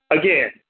again